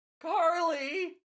Carly